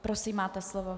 Prosím, máte slovo.